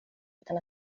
utan